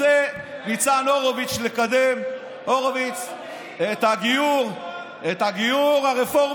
רוצה ניצן הורוביץ לקדם את הגיור הרפורמי